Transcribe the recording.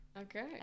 Okay